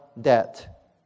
debt